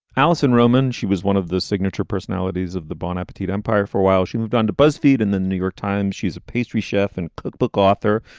allison roman. she was one of the signature personalities of the bon appetit empire for a while she moved on to buzzfeed in the new york times. she's a pastry chef and cookbook author.